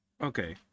Okay